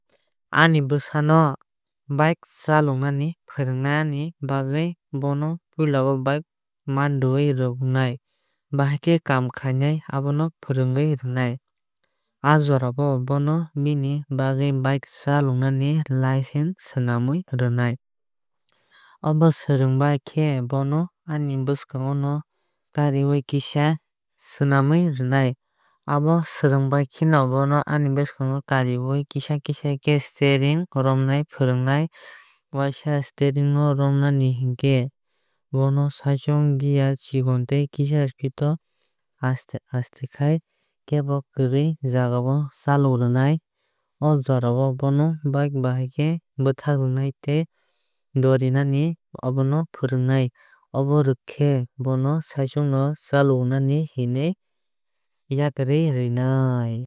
Ani bwsa no bike chalognani phwrwngmani bagwui bono puila bike manrwui runai bahai kamm khai abono fwrungnai. Aa jora o bono bini bagwui bike chalognani licence swnamui rwnai. Obo swrungbai khe bono ani bwswkango no karwui kisa swnamwui rwnai. Abo swrungbai khe bono ani bwswkango no karwui kisa kisa khe steering romani fwrungnai. Waisa steering no romnani rwngkhe bono saichung gear chikon tei kisa speed o aste aste khai kebo kwrwui jagao chalokrwnai. O jora o bono bike bahai khe bwthakrunai tei dorinai abono fwrungnai. Abo rwnkhe bono saichung no chalukdi hinui yakarwui rwinai.